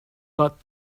got